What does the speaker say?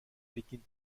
beginnt